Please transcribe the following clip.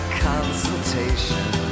consultation